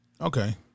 Okay